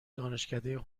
دانشکده